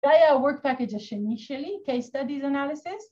‫זה היה ה-Work Packages, ‫שנשאלי, Case Studies Analysis.